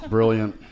Brilliant